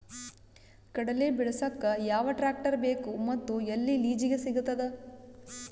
ಕಡಲಿ ಬಿಡಸಕ್ ಯಾವ ಟ್ರ್ಯಾಕ್ಟರ್ ಬೇಕು ಮತ್ತು ಎಲ್ಲಿ ಲಿಜೀಗ ಸಿಗತದ?